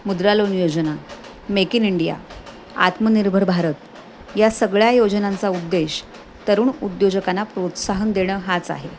मुद्रा लोन योजना make in India आत्मनिर्भर भारत या सगळ्या योजनांचा उद्देश तरुण उद्योजकांना प्रोत्साहन देणं हाच आहे